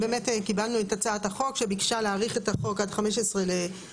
התבקשנו להאריך את החוק עד 15 בפברואר